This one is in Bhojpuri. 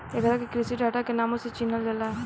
एकरा के कृषि डाटा के नामो से चिनहल जाला